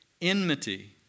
enmity